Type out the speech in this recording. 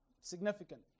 significant